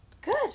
Good